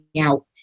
out